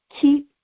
keep